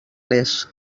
les